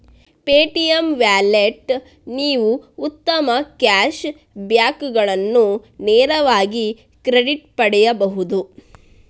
Paytm ವ್ಯಾಲೆಟ್ಗೆ ನೀವು ಉತ್ತಮ ಕ್ಯಾಶ್ ಬ್ಯಾಕುಗಳನ್ನು ನೇರವಾಗಿ ಕ್ರೆಡಿಟ್ ಪಡೆಯಬಹುದು